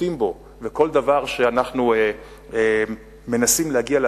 נוקטים וכל דבר שאנחנו מנסים להגיע בו